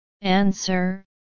Answer